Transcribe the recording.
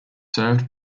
served